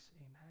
Amen